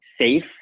safe